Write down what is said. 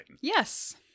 Yes